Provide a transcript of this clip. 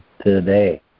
today